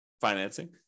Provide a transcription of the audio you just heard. financing